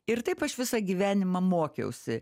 ir taip aš visą gyvenimą mokiausi